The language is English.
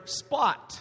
spot